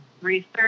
research